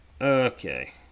Okay